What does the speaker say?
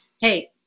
Hey